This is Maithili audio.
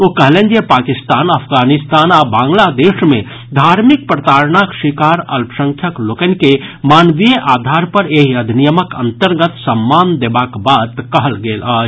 ओ कहलनि जे पाकिस्तान अफगानिस्तान आ बांग्लादेश मे धार्मिक प्रताड़नाक शिकार अल्पसंख्यक लोकनि के मानवीय आधार पर एहि अधिनियमक अंतर्गत सम्मान देबाक बात कहल गेल अछि